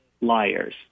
liars